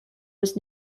was